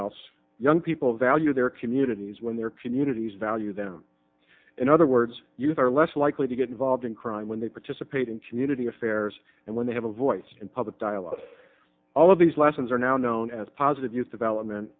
else young people value their communities when their communities value them in other words youth are less likely to get involved in crime when they participate in community affairs and when they have a voice in public dialogue all of these lessons are now known as positive youth development